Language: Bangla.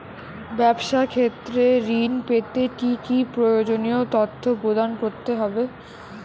ব্যাবসা ক্ষেত্রে ঋণ পেতে কি কি প্রয়োজনীয় তথ্য প্রদান করতে হবে?